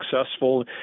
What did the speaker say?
successful